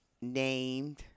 named